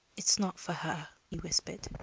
it is not for her, he whispered.